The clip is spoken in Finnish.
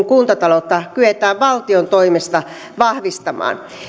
kuntataloutta kyetään valtion toimesta vahvistamaan